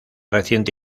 reciente